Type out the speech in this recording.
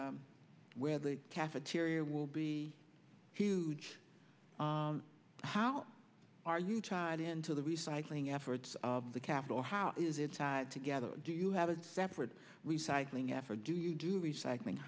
the where the cafeteria will be huge how are you tie it into the recycling efforts of the capital how is it tied together do you have a separate recycling after do you do recycling